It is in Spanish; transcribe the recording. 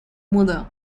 mudó